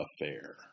Affair